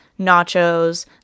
nachos